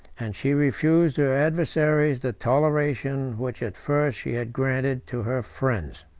and she refused her adversaries the toleration which at first she had granted to her friends.